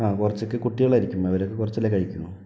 ആ കുറച്ചൊക്കെ കുട്ടികളായിരിക്കും അവരൊക്കെ കുറച്ചല്ലേ കഴിക്കൂ